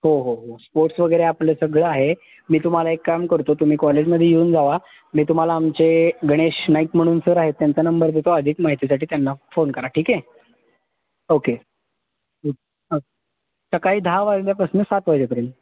हो हो हो स्पोट्स वगैरेरे आपलं सगळं आहे मी तुम्हाला एक काम करतो तुम्ही कॉलेजमध्ये येऊन जावा मी तुम्हाला आमचे गणेश नाईक म्हणून सर आहेत त्यांचा नंबर देतो अधिक माहितीसाठी त्यांना फोन करा ठीक आहे ओके सकाळी दहा वाजल्यापासनं सात वाजेपर्यंत